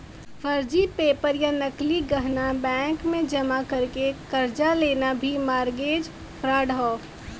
फर्जी पेपर या नकली गहना बैंक में जमा करके कर्जा लेना भी मारगेज फ्राड हौ